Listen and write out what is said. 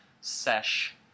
sesh